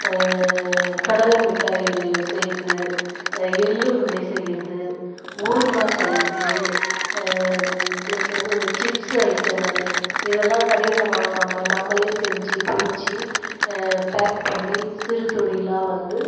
கடலை மிட்டாய் செய்கிறது எள்ளுஉருண்டை செய்கிறது ஊறுகாய் செய்கிறது பிளஸ் வந்து இந்த சிப்ஸ் ஐட்டங்கள் இதெல்லாம் கடையில் வாங்காமல் நம்மளே செஞ்சு பொறிச்சு பேக் பண்ணி சிறு தொழிலாக வந்து